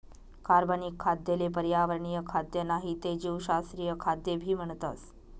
कार्बनिक खाद्य ले पर्यावरणीय खाद्य नाही ते जीवशास्त्रीय खाद्य भी म्हणतस